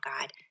God